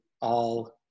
all-